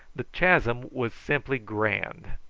the chasm was simply grand.